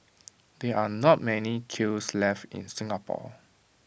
there are not many kilns left in Singapore